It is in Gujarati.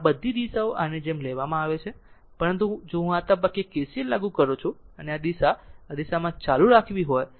બધી દિશાઓ આની જેમ લેવામાં આવે છે પરંતુ જો હું આ તબક્કે KCL લાગુ કરું છું અને આ દિશા આ દિશામાં ચાલુ રાખવી હોય તો